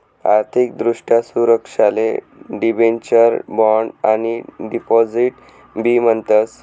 आर्थिक दृष्ट्या सुरक्षाले डिबेंचर, बॉण्ड आणि डिपॉझिट बी म्हणतस